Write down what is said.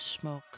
smoke